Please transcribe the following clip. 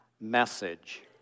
message